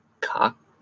cock